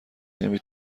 نمی